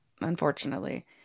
unfortunately